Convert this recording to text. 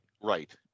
Right